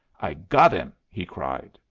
i got him! he cried.